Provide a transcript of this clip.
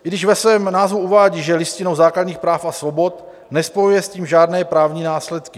I když ve svém názvu uvádí, že je Listinou základních práv a svobod, nespojuje s tím žádné právní následky.